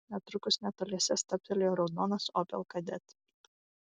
netrukus netoliese stabtelėjo raudonas opel kadett